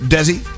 Desi